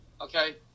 okay